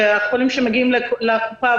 והחולים שמגיעים לקופה